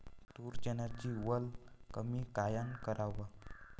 तूर, चन्याची वल कमी कायनं कराव?